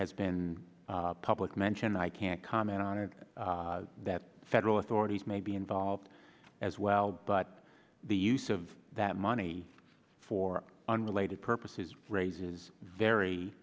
has been public mention i can't comment on it that federal authorities may be involved as well but the use of that money for unrelated purposes raises very